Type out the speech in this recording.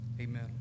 Amen